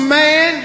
man